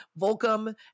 volcom